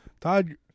Todd